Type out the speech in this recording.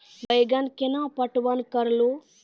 बैंगन केना पटवन करऽ लो?